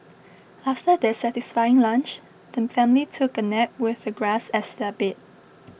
after their satisfying lunch the family took a nap with the grass as their bed